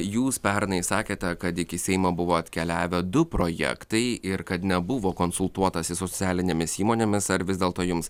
jūs pernai sakėte kad iki seimo buvo atkeliavę du projektai ir kad nebuvo konsultuotasi socialinėmis įmonėmis ar vis dėlto jums